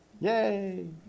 Yay